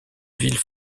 ville